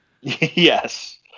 Yes